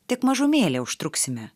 tik mažumėlę užtruksime